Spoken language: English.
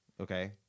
okay